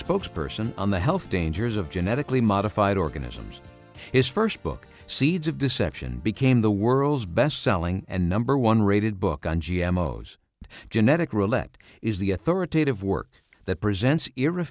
spokesperson on the health dangers of genetically modified organisms his first book seeds of deception became the world's best selling and number one rated book on g m o foods and genetic roulette is the authoritative work that present